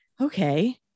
okay